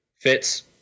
fits